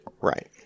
right